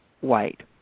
white